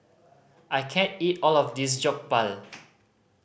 I can't eat all of this Jokbal